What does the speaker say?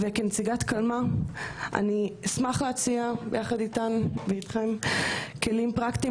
כנציגת קלמ"ה אני אשמח להציע יחד איתכם כלים פרקטיים